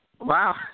Wow